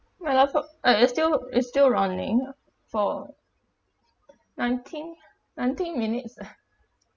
my laptop eh is still is still running for nineteen nineteen minutes